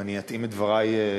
ואני אתאים את דברי לנושאים.